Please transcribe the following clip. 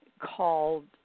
called